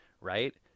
right